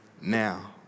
now